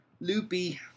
loopy